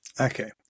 Okay